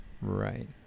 right